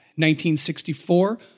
1964